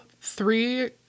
three